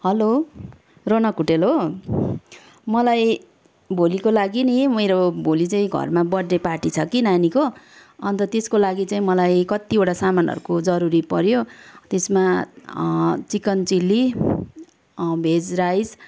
hello Ronak hotel हो मलाई भोलिको लागि नि मेरो भोलि चाहिँ घरमा बर्थडे पार्टी छ कि नानीको अन्त त्यसको लागिँ चाहिँ मलाई कतिवटा सामानहरूको जरुरी पऱ्यो त्यसमा चिकन चिल्ली भेज राइस